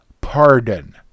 pardon